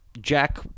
jack